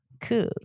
Cool